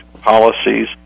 policies